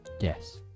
yes